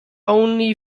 only